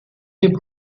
hip